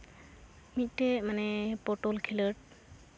ᱢᱤᱫᱴᱮᱱ ᱢᱟᱱᱮ ᱯᱚᱴᱚᱞ ᱠᱷᱮᱞᱳᱰ